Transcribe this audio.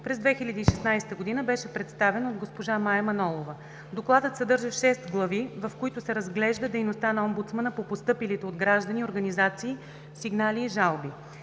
през 2016 г. беше представен от госпожа Мая Манолова. Докладът съдържа шест глави, в които се разглежда дейността на омбудсмана по постъпилите от граждани и организации, сигнали и жалби.